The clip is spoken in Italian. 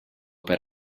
per